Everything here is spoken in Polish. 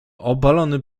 obalony